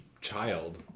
child